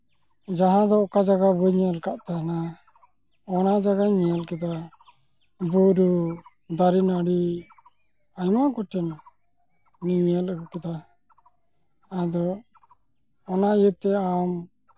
ᱡᱟᱦᱟᱸ ᱫᱚ ᱚᱠᱟ ᱡᱟᱭᱜᱟ ᱵᱟᱹᱧ ᱧᱮᱞ ᱟᱠᱟᱫ ᱛᱟᱦᱮᱱᱟ ᱚᱱᱟ ᱡᱟᱭᱜᱟᱧ ᱧᱮᱞᱠᱮᱫᱟ ᱵᱩᱨᱩ ᱫᱟᱨᱮᱼᱱᱟᱹᱲᱤ ᱟᱭᱢᱟ ᱜᱚᱴᱮᱱᱤᱧ ᱧᱮᱞ ᱟᱹᱜᱩ ᱠᱮᱫᱟ ᱟᱫᱚ ᱚᱱᱟ ᱤᱭᱟᱹᱛᱮ ᱟᱢ